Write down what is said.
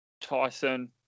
Tyson